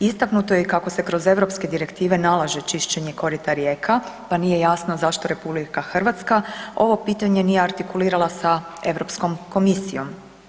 Istaknuto je kako se kroz europske direktive nalaže čišćenje korita rijeka pa nije jasno zašto RH ovo pitanje nije artikulirala sa Europskom komisijom.